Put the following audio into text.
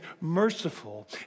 merciful